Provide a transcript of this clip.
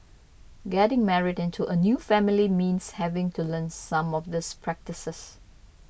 getting married into a new family means having to learn some of these practices